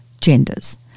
genders